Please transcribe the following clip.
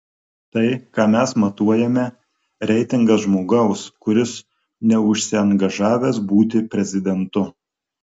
tai ką mes matuojame reitingas žmogaus kuris neužsiangažavęs būti prezidentu